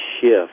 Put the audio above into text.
shift